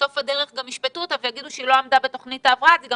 בסוף הדרך גם ישפטו אותה יגידו שהיא לא עמדה בתוכנית ההבראה והיא גם